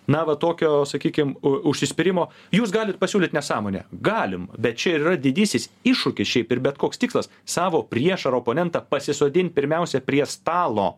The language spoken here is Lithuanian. na va tokio sakykim u užsispyrimo jūs galit pasiūlyt nesąmonę galim bet čia ir yra didysis iššūkis šiaip ir bet koks tikslas savo priešą ar oponentą pasisodint pirmiausia prie stalo